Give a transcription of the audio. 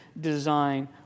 design